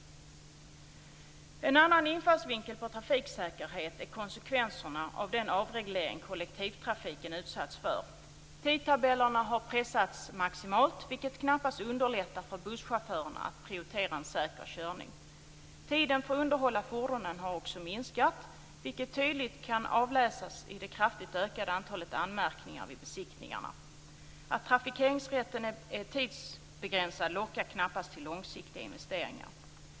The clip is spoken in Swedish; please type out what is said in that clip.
En annan infallsvinkel på trafiksäkerhet är konsekvenserna av den avreglering kollektivtrafiken utsatts för. Tidtabellerna har pressats maximalt, vilket knappast underlättar för busschaufförerna att prioritera en säker körning. Tiden för att underhålla fordonen har också minskat, vilket tydligt kan avläsas i det kraftigt ökade antalet anmärkningar vid besiktningarna. Att trafikeringsrätten är tidsbegränsad lockar knappast till långsiktiga investeringar.